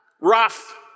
rough